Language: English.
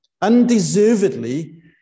Undeservedly